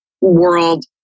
world